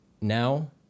Now